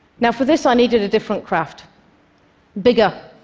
now for this, i needed a different craft bigger,